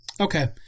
Okay